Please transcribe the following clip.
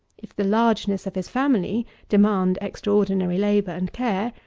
if the largeness of his family demand extraordinary labour and care,